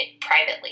privately